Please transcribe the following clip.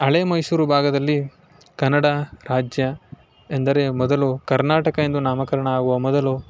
ಹಳೆ ಮೈಸೂರು ಭಾಗದಲ್ಲಿ ಕನ್ನಡ ರಾಜ್ಯ ಎಂದರೆ ಮೊದಲು ಕರ್ನಾಟಕ ಎಂದು ನಾಮಕರಣ ಆಗುವ ಮೊದಲು